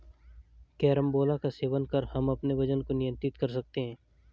carambola का सेवन कर हम अपने वजन को नियंत्रित कर सकते हैं